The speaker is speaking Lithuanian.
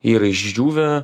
yra išdžiūvę